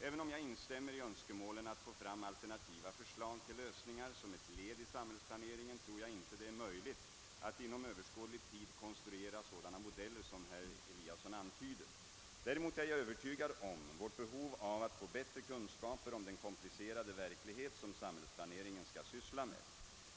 även om jag instämmer i önskemålen att få fram alternativa förslag till lösningar som ett led i samhällsplaneringen tror jag inte det är möjligt att inom överskådlig tid konstruera sådana modeller som herr Eliasson antyder. " Däremot är jag övertygad om vårt behov av att få bättre kunskaper om den komplicerade verklighet som samhällsplaneringen skall syssla med.